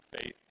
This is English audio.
faith